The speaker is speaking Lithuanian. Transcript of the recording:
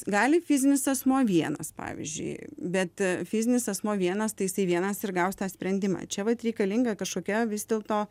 gali fizinis asmuo vienas pavyzdžiui bet fizinis asmuo vienas tai jisai vienas ir gaus tą sprendimą čia vat reikalinga kažkokia vis dėlto